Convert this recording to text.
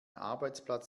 arbeitsplatz